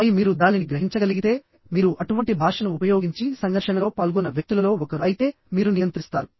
ఆపై మీరు దానిని గ్రహించగలిగితే మీరు అటువంటి భాషను ఉపయోగించి సంఘర్షణలో పాల్గొన్న వ్యక్తులలో ఒకరు అయితే మీరు నియంత్రిస్తారు